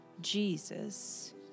Jesus